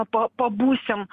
pa pabūsim